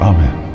Amen